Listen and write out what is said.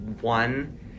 one